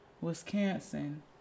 Wisconsin